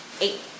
Eight